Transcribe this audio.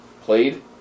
played